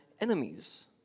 enemies